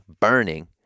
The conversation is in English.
burning